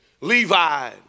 Levi